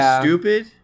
stupid